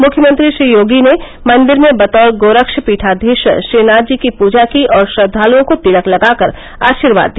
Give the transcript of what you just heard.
मुख्यमंत्री श्री योगी ने मंदिर में बतौर गोरक्ष पीठाधीश्वर श्रीनाथ जी की पूजा की और श्रद्वालुओं को तिलक लगाकर आशीर्वाद दिया